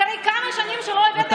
אחרי כמה שנים שלא הבאת תקציב נזכרתם.